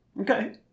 Okay